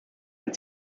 ein